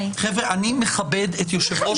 המודל הזה למודל האמריקאי למינוי שופטים.